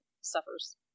suffers